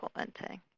implementing